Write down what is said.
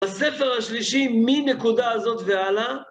הספר השלישי, מנקודה הזאת והלאה...